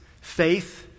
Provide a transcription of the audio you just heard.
faith